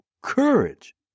courage